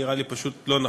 זה נראה לי פשוט לא נכון.